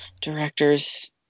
directors